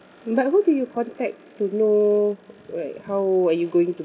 but who do you contact to know like how are you going to